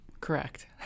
Correct